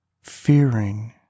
fearing